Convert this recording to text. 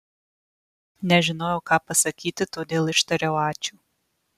nežinojau ką pasakyti todėl ištariau ačiū